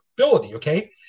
Okay